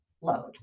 load